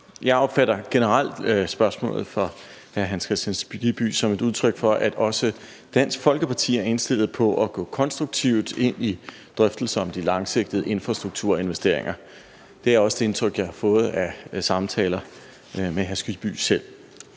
Jeg opfatter generelt spørgsmålet fra hr. Hans Kristian Skibby som et udtryk for, at også Dansk Folkeparti er indstillet på at gå konstruktivt ind i drøftelser om de langsigtede infrastrukturinvesteringer. Det er også det indtryk, jeg har fået af samtaler med hr. Hans Kristian